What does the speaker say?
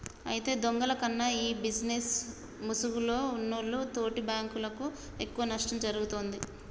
అయితే దొంగల కన్నా ఈ బిజినేస్ ముసుగులో ఉన్నోల్లు తోటి బాంకులకు ఎక్కువ నష్టం ఒరుగుతుందిరా